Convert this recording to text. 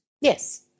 Yes